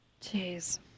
Jeez